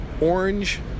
orange